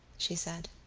she said.